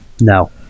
No